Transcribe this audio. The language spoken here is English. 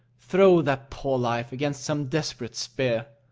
throw that poor life against some desperate spear.